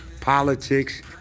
politics